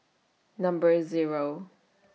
Number Zero